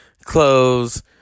Clothes